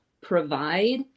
provide